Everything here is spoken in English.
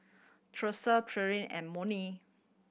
Tressa Thea and Monnie